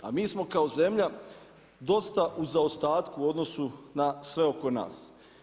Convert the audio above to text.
A mi smo kao zemlja, dosta u zaostatku u odnosu na sve oko nas.